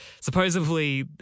Supposedly